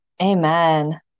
Amen